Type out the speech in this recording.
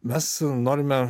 mes norime